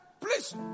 please